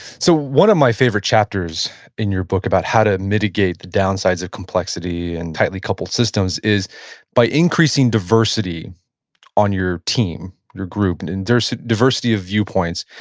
so, one of my favorite chapters in your book about how to mitigate the downsides of complexity and tightly couple systems is by increasing diversity on your team, your group, and diversity diversity of viewpoints.